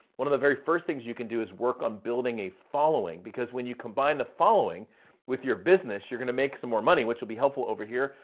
one of the very first things you can do is work on building a following. because when you combine the following with your business, you're gonna make some more money, which will be helpful over here.